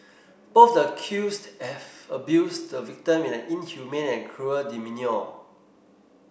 both the accused have abused the victim in an inhumane and cruel demeanour